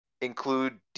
include